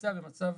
ולבצע במצב